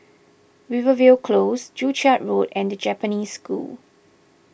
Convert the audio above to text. Rivervale Close Joo Chiat Road and the Japanese School